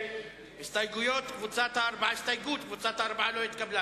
הסתייגויות חד"ש לא התקבלו.